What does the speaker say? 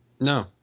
No